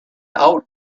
out